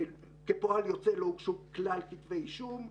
כפועל יוצא לא הוגשו כלל כתבי אישום.